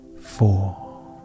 four